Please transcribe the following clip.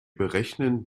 berechnen